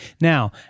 Now